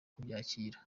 kubyakira